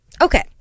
Okay